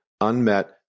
unmet